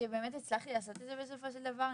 וכשבאמת הצלחתי לעשות את זה בסופו של דבר,